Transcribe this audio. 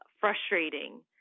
frustrating